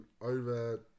over